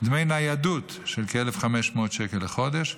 דמי ניידות של כ-1,500 שקל לחודש,